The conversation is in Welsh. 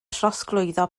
trosglwyddo